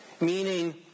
meaning